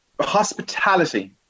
Hospitality